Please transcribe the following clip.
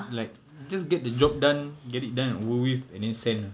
like just get the job done get it done and over with and then send uh